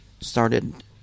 started